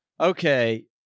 okay